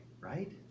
right